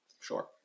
Sure